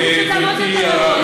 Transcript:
זה להכניס אותם עוד יותר,